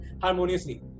harmoniously